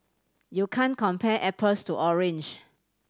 you can't compare apples to orange